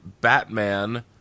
Batman